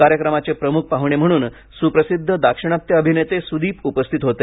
कार्यक्रमाचे प्रमुख पाहुणे म्हणून सुप्रसिद्ध दाक्षिणात्य अभिनेते सुदीप उपस्थित होते